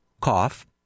cough